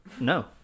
No